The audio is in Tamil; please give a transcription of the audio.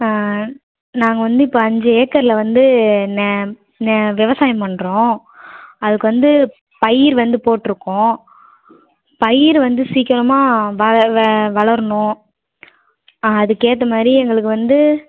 நாங்கள் வந்து இப்போ அஞ்சு ஏக்கரில் வந்து ந ந விவசாயம் பண்ணுறோம் அதுக்கு வந்து பயிர் வந்து போட்டுருக்கோம் பயிர் வந்து சீக்கிரமாக வள வே வளரணும் அதுக்கேற்ற மாரி எங்களுக்கு வந்து